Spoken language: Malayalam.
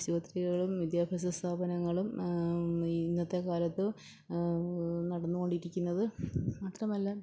ആശുപത്രികളും വിദ്യാഭ്യാസ സ്ഥാപനങ്ങളും ഈ ഇന്നത്തെ കാലത്ത് നടന്നു കൊണ്ടിരിക്കുന്നത് മാത്രമല്ല